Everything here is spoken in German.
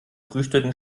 frühstücken